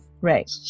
Right